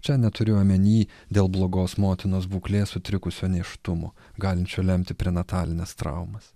čia neturiu omeny dėl blogos motinos būklės sutrikusio nėštumo galinčio lemti prenatalines traumas